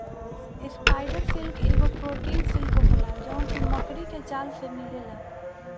spider silk एगो protein silk होला जवन की मकड़ी के जाल से मिलेला